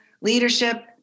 leadership